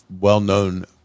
well-known